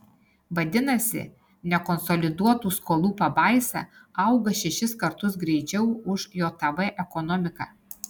vadinasi nekonsoliduotų skolų pabaisa auga šešis kartus greičiau už jav ekonomiką